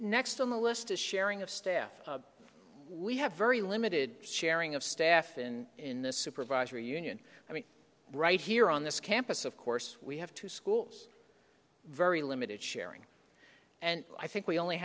next on the list a sharing of staff we have very limited sharing of staff and in the supervisory union i mean right here on this campus of course we have two schools very limited sharing and i think we only